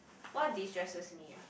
what destresses me ah